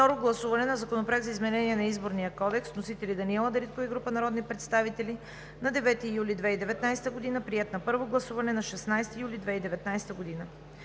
Второ гласуване на Законопроекта за изменение на Изборния кодекс. Вносители – Даниела Дариткова и група народни представители на 9 юли 2019 г. Приет на първо гласуване на 16 юли 2019 г.